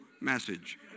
message